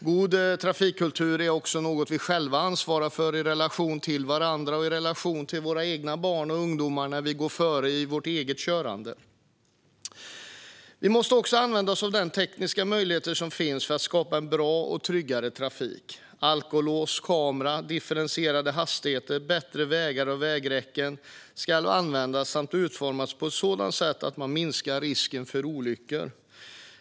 God trafikkultur är också något som vi själva ansvarar för i relation till varandra och i relation till våra egna barn och ungdomar när vi går före i vårt eget körande. Vi måste också använda oss av de tekniska möjligheter som finns för att skapa en bra och tryggare trafik. Alkolås, kameror, differentierade hastigheter, bättre vägar och vägräcken ska användas samt utformas på ett sådant sätt att man minskar risken för olyckor.